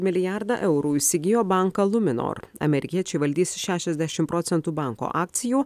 milijardą eurų įsigijo banką luminor amerikiečiai valdys šešiasdešim procentų banko akcijų